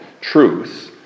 truth